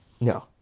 No